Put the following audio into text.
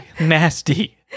nasty